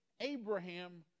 Abraham